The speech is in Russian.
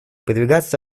продвигаться